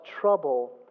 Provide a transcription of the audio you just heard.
trouble